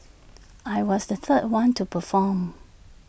I was the third one to perform